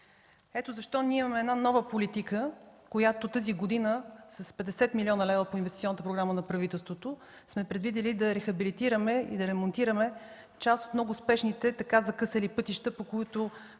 Ето защо ние имаме една нова политика тази година, като с 50 млн. лева от инвестиционната програма на правителството сме предвидили да рехабилитираме и да ремонтираме част от много спешните така закъсали пътища, по които